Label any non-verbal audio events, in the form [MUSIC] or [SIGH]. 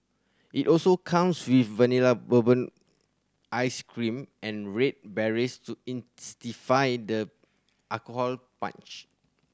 it also comes with Vanilla Bourbon ice cream and red berries to [UNINTELLIGIBLE] the alcohol punch